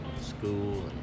school